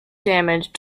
damage